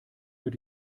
wird